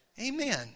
Amen